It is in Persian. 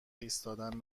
ایستادن